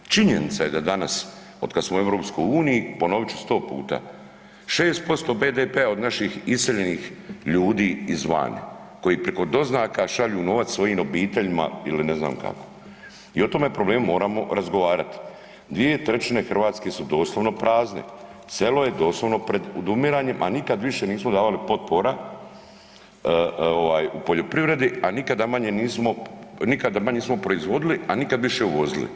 Činjenica je da danas od kad u EU, ponovit ću 100 puta, 6% BDP-a od naših iseljenih ljudi izvana koji priko doznaka šalju novac svojim obiteljima ili ne znam kako i o tome problemu moramo razgovarati, 2/3 Hrvatske su doslovno prazne, selo je doslovno pred odumiranjem, a nikad više nismo davali potpora poljoprivredi, a nikada manje nismo, nikada manje nismo proizvodili, a nikada više uvozili.